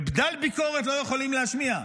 ובדל ביקורת לא יכולים להשמיע.